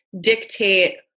dictate